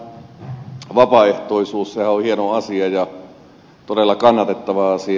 sehän on hieno asia ja todella kannatettava asia